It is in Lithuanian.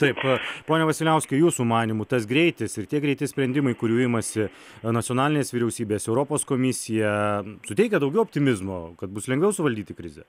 taip pone vasiliauskai jūsų manymu tas greitis ir tie greiti sprendimai kurių imasi nacionalinės vyriausybės europos komisija suteikia daugiau optimizmo kad bus lengviau suvaldyti krizę